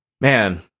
man